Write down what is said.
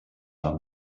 are